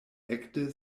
ekde